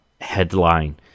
headline